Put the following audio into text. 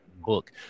Book